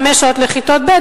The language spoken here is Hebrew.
חמש שעות לכיתות ב',